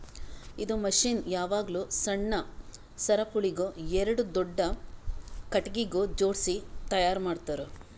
ಇದು ಮಷೀನ್ ಯಾವಾಗ್ಲೂ ಸಣ್ಣ ಸರಪುಳಿಗ್ ಎರಡು ದೊಡ್ಡ ಖಟಗಿಗ್ ಜೋಡ್ಸಿ ತೈಯಾರ್ ಮಾಡ್ತರ್